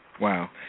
Wow